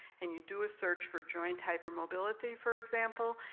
and you do a search for joint hypermobility, for example,